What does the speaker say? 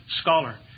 scholar